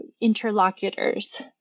interlocutors